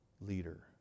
Leader